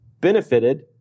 benefited